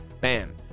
Bam